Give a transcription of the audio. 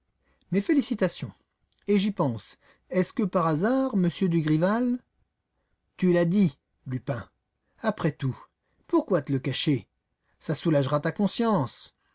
mes félicitations et j'y pense est-ce que par hasard m dugrival tu l'as dit lupin après tout pourquoi te le cacher ça soulagera ta conscience